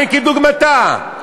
אין כדוגמתה.